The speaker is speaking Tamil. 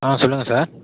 ஆ சொல்லுங்கள் சார்